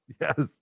yes